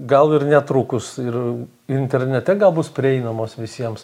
gal ir netrukus ir internete gal bus prieinamos visiems